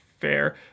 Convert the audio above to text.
fair